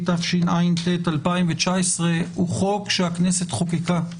התשע"ט-2019 הוא חוק שהכנסת חוקקה.